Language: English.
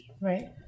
Right